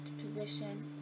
position